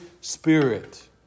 Spirit